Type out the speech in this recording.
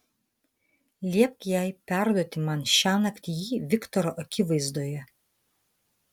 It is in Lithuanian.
liepk jai perduoti man šiąnakt jį viktoro akivaizdoje